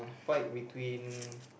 fight between